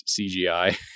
cgi